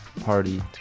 party